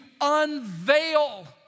unveil